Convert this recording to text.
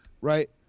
right